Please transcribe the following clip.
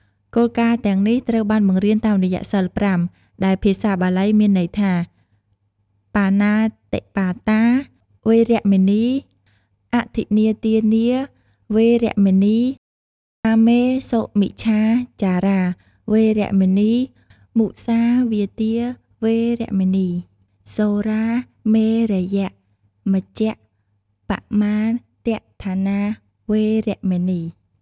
គោលការណ៍ទាំងនេះត្រូវបានបង្រៀនតាមរយៈ សីលប្រាំ ដែលភាសាបាលី មានន័យថា បាណាតិបាតា វេរមណី, អទិន្នាទានា វេរមណី, កាមេ សុមិច្ឆាចារា វេរមណី, មុសាវាទា វេរមណី, សុរាមេរយមជ្ជប្បមាទដ្ឋានា វេរមណី។